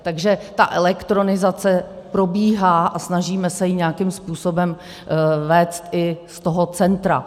Takže ta elektronizace probíhá a snažíme se ji nějakým způsobem vést i z toho centra.